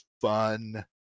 fun